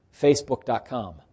Facebook.com